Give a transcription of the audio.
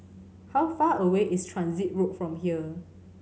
how far away is Transit Road from here